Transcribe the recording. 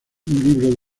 libro